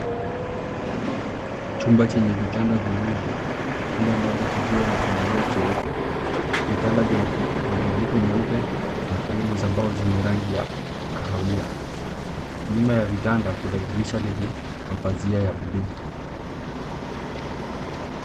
Chumba chenye vitanda viwili. Kila moja kikiwa na chandarua cheupe. Vitanda vina matandiko meupe na fremu za mbao zenye rangi ya kahawia. Nyuma ya vitanda kuna dirisha lenye mapazia ya bluu.